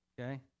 okay